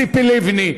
ציפי לבני,